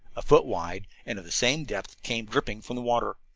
a foot wide and of the same depth, came dripping from the water.